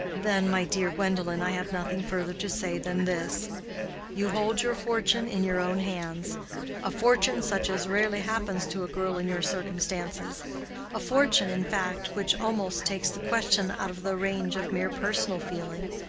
then, my dear gwendolen, i have nothing further to say than this you hold your fortune in your own hands a fortune such as rarely happens to a girl in your circumstances a fortune in fact which almost takes the question out of the range of mere personal feeling,